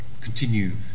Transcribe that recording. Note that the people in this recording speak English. continue